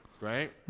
right